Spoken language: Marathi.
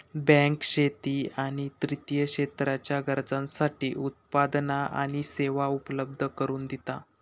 बँक शेती आणि तृतीय क्षेत्राच्या गरजांसाठी उत्पादना आणि सेवा उपलब्ध करून दिता